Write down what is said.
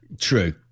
true